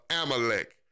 amalek